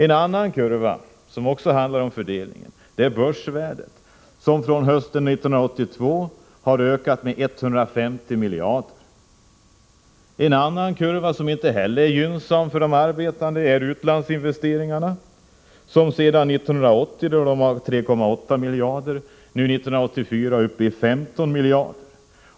En annan kurva som också handlar om fördelningen är börsvärdet, som från hösten 1982 har ökat med 150 miljarder. En annan kurva som inte heller den är gynnsam för de arbetande gäller utlandsinvesteringarna. De uppgick 1980 till 3,8 miljarder och var 1984 uppe i 15 miljarder.